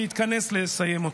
להתכנס לסיים אותה.